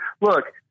look